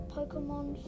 Pokemon